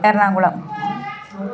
Ernakulam